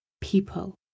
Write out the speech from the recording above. people